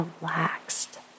relaxed